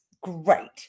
great